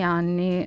anni